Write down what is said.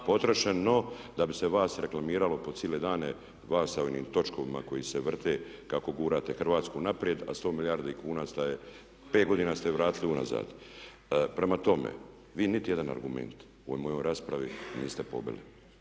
potrošeno da bi se vas reklamiralo po cijele dane, vas sa onim točkovima koji se vrte, kako gurate Hrvatsku naprijed a 100 milijardi kuna ste i pet godina je vratili unazad. Prema tome, vi nitijedan argument u ovoj mojoj raspravi niste pobili.